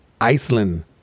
Iceland